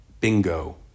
Bingo